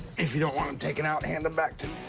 if you don't want them taken out, hand them back to